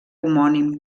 homònim